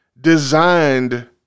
designed